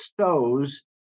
stows